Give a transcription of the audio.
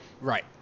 Right